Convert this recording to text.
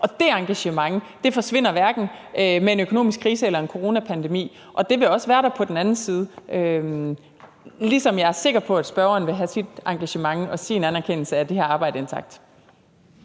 kø. Det engagement forsvinder hverken med en økonomisk krise eller en coronapandemi. Det vil også være der på den anden side, og jeg er sikker på, at også spørgeren vil have sit engagement og sin anerkendelse af det her arbejde intakt.